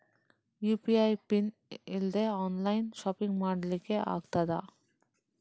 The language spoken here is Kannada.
ಯು.ಪಿ.ಐ ಪಿನ್ ಇಲ್ದೆ ಆನ್ಲೈನ್ ಶಾಪಿಂಗ್ ಮಾಡ್ಲಿಕ್ಕೆ ಆಗ್ತದಾ?